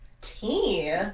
Tea